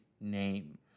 name